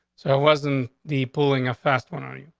so i wasn't the pulling a fast one on you.